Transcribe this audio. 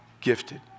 gifted